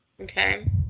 Okay